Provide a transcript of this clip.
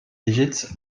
digits